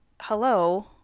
hello